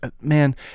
man